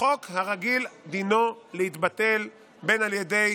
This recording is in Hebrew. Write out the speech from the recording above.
החוק הרגיל דינו להתבטל על ידי